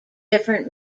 different